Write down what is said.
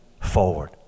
forward